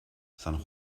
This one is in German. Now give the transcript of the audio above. san